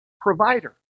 provider